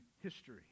history